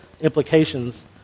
Implications